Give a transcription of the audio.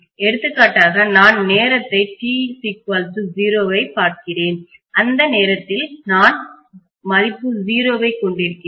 எடுத்துக்காட்டாக நான் நேரத்தை t0 ஐப் பார்க்கிறேன் அந்த நேரத்தில் நான் மதிப்பு 0 ஐக் கொண்டிருக்கிறேன்